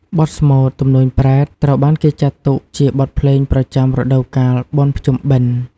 បទស្មូត ទំនួញប្រេត ត្រូវបានគេចាត់ទុកជាបទភ្លេងប្រចាំរដូវកាល បុណ្យភ្ជុំបិណ្ឌ។